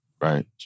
right